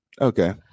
Okay